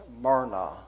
myrna